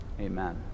Amen